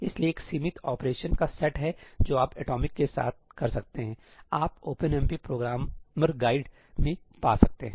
इसलिए एक सीमित ऑपरेशन का सेट है जो आप एटॉमिक के साथ कर सकते हैं इसलिए आप ओपनएमपी प्रोग्रामर गाइडprogrammer's guide में पा सकते हैं